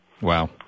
Wow